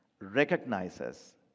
recognizes